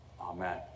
Amen